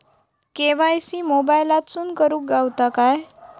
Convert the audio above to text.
KYC मोबाईलातसून करुक गावता काय?